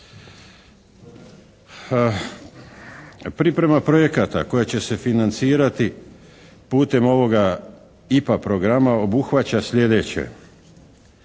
Priprema projekata koja će se financirati putem ovoga IPA programa obuhvaća sljedeće.